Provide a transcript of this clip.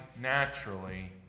naturally